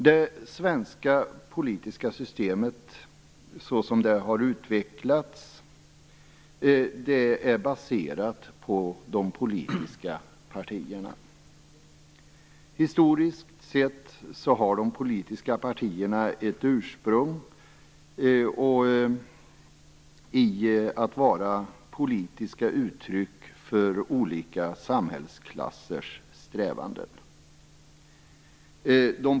Det svenska politiska systemet, såsom det har utvecklats, är baserat på de politiska partierna. Historiskt sett har de politiska partierna sitt ursprung i att vara politiska uttryck för olika samhällsklassers strävanden.